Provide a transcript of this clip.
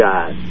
God